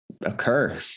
occur